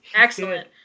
excellent